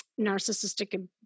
narcissistic